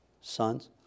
sons